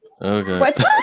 Okay